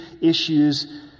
issues